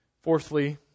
Fourthly